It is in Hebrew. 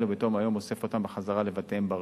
ובתום היום אוסף אותם בחזרה לבתיהם ברשות.